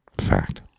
Fact